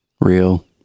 real